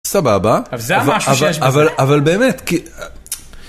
סבבה, אבל באמת כי...